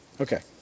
okay